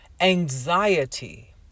anxiety